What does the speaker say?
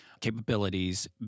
capabilities